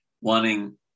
wanting